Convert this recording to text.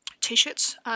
t-shirts